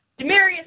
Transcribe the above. Demarius